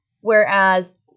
Whereas